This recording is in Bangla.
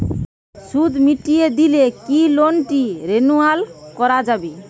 সুদ মিটিয়ে দিলে কি লোনটি রেনুয়াল করাযাবে?